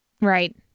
Right